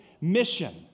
mission